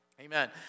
Amen